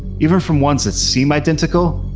even from ones that seem identical,